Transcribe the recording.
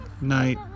night